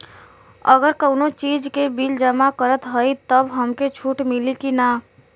अगर कउनो चीज़ के बिल जमा करत हई तब हमके छूट मिली कि ना?